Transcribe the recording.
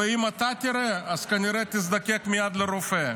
ואם אתה תראה, כנראה שתזדקק מייד לרופא.